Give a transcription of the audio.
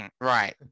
Right